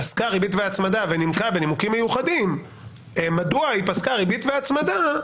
פסקה ריבית והצמדה ונימקה בנימוקים מיוחדים מדוע היא פסקה ריבית והצמדה,